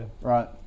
Right